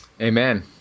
Amen